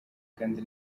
kandi